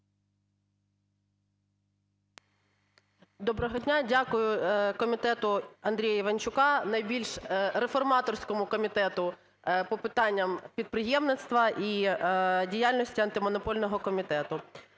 Доброго дня. Дякую комітету Андрія Іванчука – найбільш реформаторському комітету по питанням підприємництва і діяльності Антимонопольного комітету.